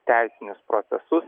teisinius procesus